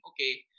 okay